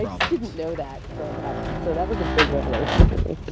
i didn't know that growing up, so that was a big revelation for me. but